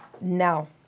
Now